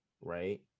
right